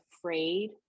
afraid